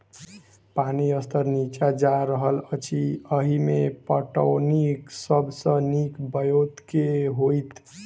पानि स्तर नीचा जा रहल अछि, एहिमे पटौनीक सब सऽ नीक ब्योंत केँ होइत?